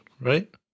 right